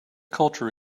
culture